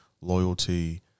loyalty